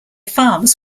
farms